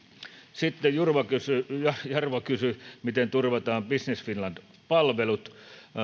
sitten jarva kysyi jarva kysyi miten turvataan business finland palvelut